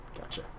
gotcha